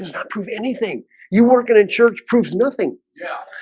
not prove anything you work in a church proves nothing yeah,